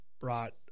brought